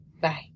Bye